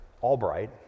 Albright